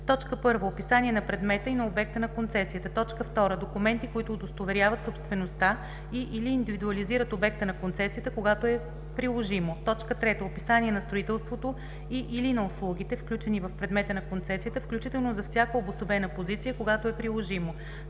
1. описание на предмета и на обекта на концесията; 2. документи, които удостоверяват собствеността и/или индивидуализират обекта на концесията, когато е приложимо; 3. описание на строителството и/или на услугите, включени в предмета на концесията, включително за всяка обособена позиция, когато е приложимо;